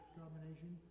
combination